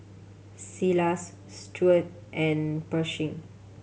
Silas Stuart and Pershing